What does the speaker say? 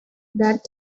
that